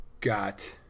got